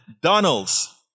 Donalds